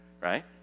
right